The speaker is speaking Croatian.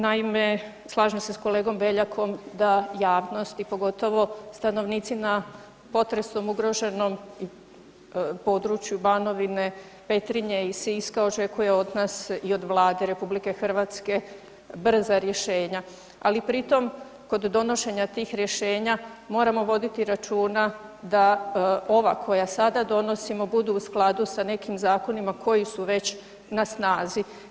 Naime, slažem se s kolegom Beljakom da javnost i pogotovo stanovnici na potresom ugroženom području Banovine, Petrinje i Siska očekuje od nas i od Vlade RH brza rješenja ali pritom kod donošenja tih rješenja moramo voditi računa da ova koja sada donosimo, budu u skladu sa nekim zakonima koji su već na snazi.